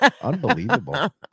Unbelievable